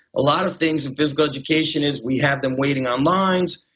a lot of things in physical education is we have them waiting on lines.